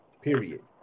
period